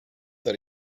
that